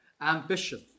ambition